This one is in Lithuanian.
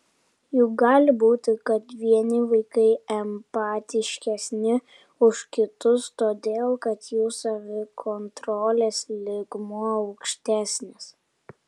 juk gali būti kad vieni vaikai empatiškesni už kitus todėl kad jų savikontrolės lygmuo aukštesnis